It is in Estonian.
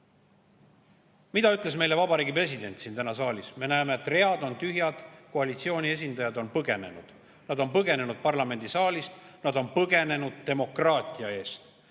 Mida ütles meile Vabariigi President siin täna saalis? Me näeme, et read on tühjad, koalitsiooni esindajad on põgenenud. Nad on põgenenud parlamendisaalist, nad on põgenenud demokraatia eest.